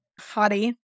Hottie